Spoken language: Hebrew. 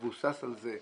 מבוסס על זה.